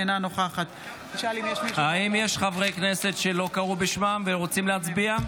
אינה נוכחת האם יש חברי כנסת שלא קראו בשמם ורוצים להצביע?